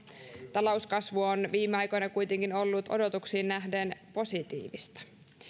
talouskasvu on viime aikoina kuitenkin ollut odotuksiin nähden positiivista